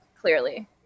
clearly